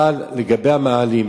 אבל לגבי המאהלים,